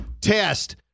test